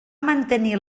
mantenir